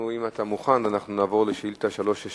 אם אתה מוכן, אנחנו נעבור לשאילתא 364,